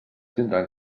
tindran